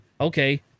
Okay